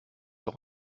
auch